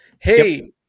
Hey